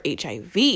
HIV